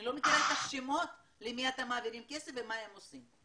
אני לא מכירה את השמות למי אתם מעבירים כסף ומה הם עושים.